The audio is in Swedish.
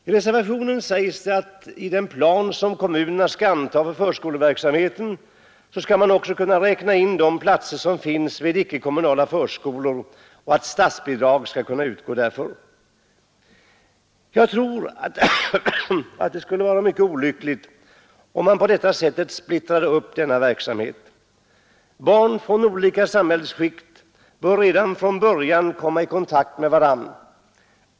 I reservationen sägs det att i den plan som kommunerna skall anta för förskoleverksamheten skall man också kunna räkna in de platser som finns vid icke-kommunala förskolor och att statsbidrag skall kunna utgå härför. Jag tror att det skulle vara mycket olyckligt, om man på detta sätt splittrade upp denna verksamhet. Barn från olika samhällsskikt bör redan från början komma i kontakt med varandra.